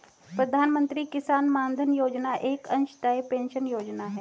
प्रधानमंत्री किसान मानधन योजना एक अंशदाई पेंशन योजना है